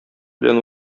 белән